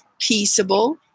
peaceable